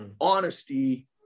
honesty